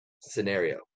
scenario